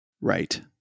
Right